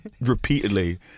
repeatedly